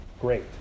great